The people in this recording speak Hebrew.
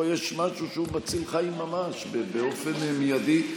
פה יש משהו שהוא מציל חיים ממש באופן מיידי.